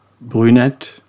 brunette